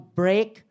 break